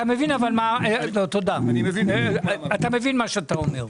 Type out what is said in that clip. אתה מבין מה שאתה אומר?